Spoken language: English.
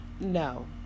No